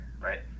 right